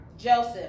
Joseph